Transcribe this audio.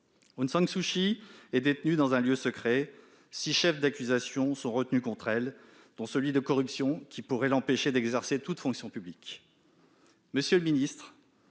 Aung San Suu Kyi est détenue dans un lieu tenu secret. Six chefs d'accusation sont retenus contre elle, dont celui de corruption, qui pourrait l'empêcher d'exercer toute fonction politique.